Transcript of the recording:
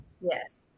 Yes